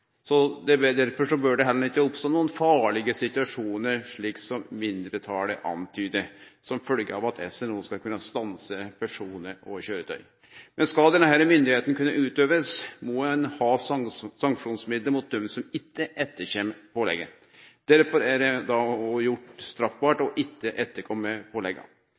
bør det heller ikkje oppstå nokre farlege situasjonar, slik som mindretalet peiker på, som følgje av at SNO skal kunne stanse personar og køyretøy. Skal denne myndigheita kunne utøvast, må ein ha sanksjonsmiddel mot dei som ikkje etterkjem pålegget. Derfor er det gjort straffbart ikkje å